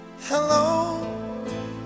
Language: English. Hello